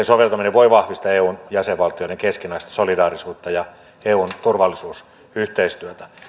soveltaminen voi vahvistaa eun jäsenvaltioiden keskinäistä solidaarisuutta ja eun turvallisuusyhteistyötä